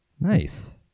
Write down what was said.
Nice